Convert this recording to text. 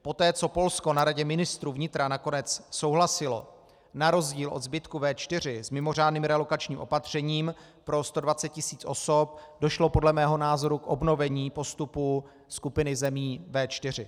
Poté co Polsko na Radě ministrů vnitra nakonec souhlasilo na rozdíl od zbytku V4 s mimořádným relokačním opatřením pro 120 tisíc osob, došlo podle mého názoru k obnovení postupu skupiny zemí V4.